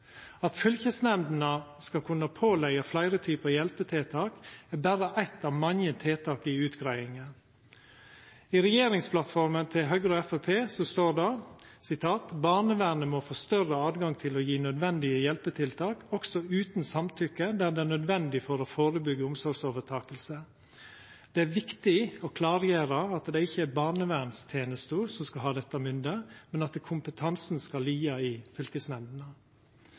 At fylkesnemndene skal kunna påleggja fleire typar hjelpetiltak, er berre eitt av mange tiltak i utgreiinga. I regjeringsplattforma til Høgre og Framstegspartiet står det: «Barnevernet må få større adgang til å gi nødvendige hjelpetiltak, også uten samtykke der det er nødvendig for å forebygge omsorgsovertagelse.» Det er viktig å klargjera at det ikkje berre er barnevernstenesta som skal ha dette mynde, men at kompetansen skal liggja i fylkesnemndene.